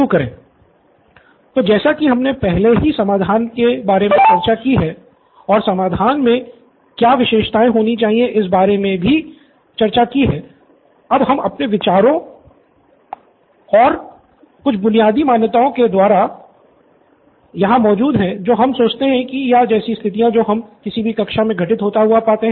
छात्र सिद्धार्थ तो जैसा की हमने पहले ही समाधान के बारे में चर्चा की है और समाधान में क्या विशेषताएँ होनी चाहिए इस बारे मे भी चर्चा की हैं अब हम अपने विचारों के द्वारा कुछ बुनियादी मान्यताओं के साथ यहाँ मौज़ूद है जो हम सोचते है या जैसी स्थितियों को हम किसी भी कक्षा मे घटित होता पाते हैं